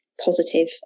positive